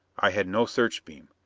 i had no search-beam.